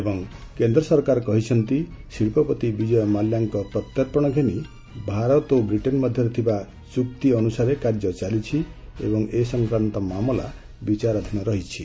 ଏବଂ କେନ୍ଦ୍ର ସରକାର କହିଛନ୍ତି ଶିଳ୍ପପତି ବିଜୟ ମାଲ୍ୟାଙ୍କ ପ୍ରତ୍ୟର୍ପଣ ଘେନି ଭାରତ ଓ ବ୍ରିଟେନ୍ ମଧ୍ୟରେ ଥିବା ଚୁକ୍ତି ଅନୁସାରେ କାର୍ଯ୍ୟ ଚାଲିଛି ଏବଂ ଏ ସଫ୍ରାନ୍ତ ମାମଲା ବିଚାରଧୀନ ଅଛି